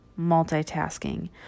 multitasking